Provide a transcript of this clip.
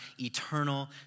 eternal